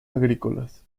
agrícolas